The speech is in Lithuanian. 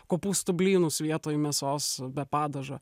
kopūstų blynus vietoj mėsos be padažo